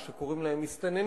יש הקוראים להם "מסתננים",